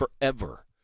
forever